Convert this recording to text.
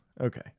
Okay